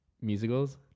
musicals